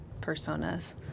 personas